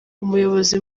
umuyobozi